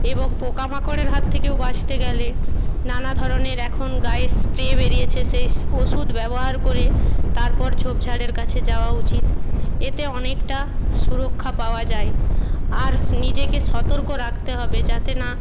এবং পোকা মাকড়ের হাত থেকেও বাঁচতে গেলে নানা ধরনের এখন গায়ে স্প্রে বেরিয়েছে সেই ওষুধ ব্যবহার করে তারপর ঝোপ ঝাড়ের কাছে যাওয়া উচিত এতে অনেকটা সুরক্ষা পাওয়া যায় আর স নিজেকে সতর্ক রাখতে হবে যাতে না